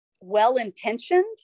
Well-intentioned